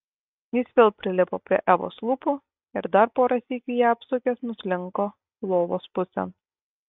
jis vėl prilipo prie evos lūpų ir dar porą sykių ją apsukęs nuslinko lovos pusėn